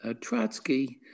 Trotsky